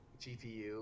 GPU